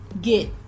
Get